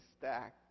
stacked